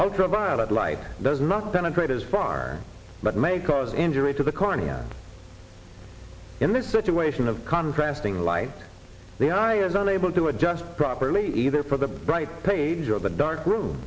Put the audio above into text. ultraviolet light does not penetrate as far but may cause injury to the cornea in this situation of contracting light the eye is unable to adjust properly either for the bright page or the dark room